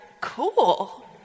Cool